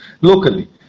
locally